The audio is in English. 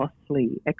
costly